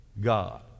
God